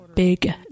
Big